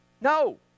no